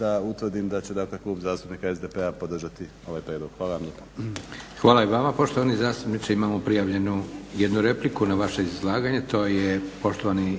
da utvrdim da će, dakle Klub zastupnika SDP-a podržati ovaj prijedlog. Hvala vam lijepa. **Leko, Josip (SDP)** Hvala i vama poštovani zastupniče. Imamo prijavljenu jednu repliku na vaše izlaganje. To je poštovani